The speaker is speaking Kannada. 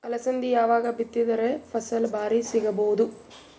ಅಲಸಂದಿ ಯಾವಾಗ ಬಿತ್ತಿದರ ಫಸಲ ಭಾರಿ ಸಿಗಭೂದು?